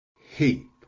heap